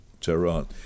Tehran